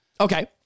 Okay